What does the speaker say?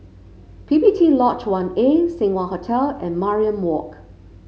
P P T Lodge One A Seng Wah Hotel and Mariam Walk